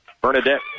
Bernadette